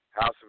House